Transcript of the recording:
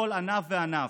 בכל ענף וענף.